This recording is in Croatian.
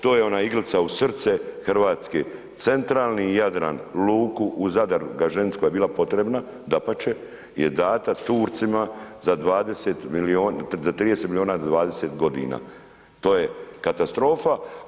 To je ona iglica u srce Hrvatske, centralni Jadran, luku u Zadar Gaženici koja je bila potrebna, dapače, je dana Turcima za 20, 30 milijuna na 20 g. to je katastrofa.